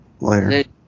later